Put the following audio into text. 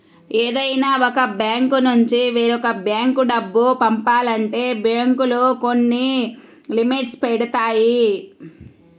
ఏదైనా ఒక బ్యాంకునుంచి వేరొక బ్యేంకు డబ్బు పంపాలంటే బ్యేంకులు కొన్ని లిమిట్స్ పెడతాయి